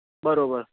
બરાબર